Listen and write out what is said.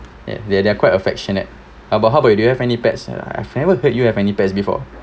ya they are they are quite affectionate how about how about you do you have any pets ya I've never heard you have any pets before